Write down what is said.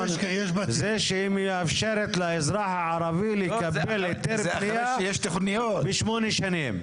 זה שהיא מאפשרת לאזרח הערבי לקבל היתר בנייה בשמונה שנים.